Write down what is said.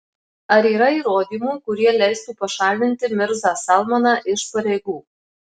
ar yra įrodymų kurie leistų pašalinti mirzą salmaną iš pareigų